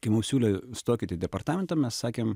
kai mum siūlė stokit į departamentą mes sakėm